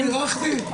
אני בירכתי?